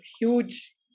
huge